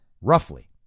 roughly